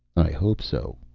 i hope so.